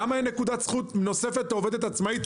למה אין נקודת זכות נוספת לעובדת עצמאית,